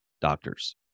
doctors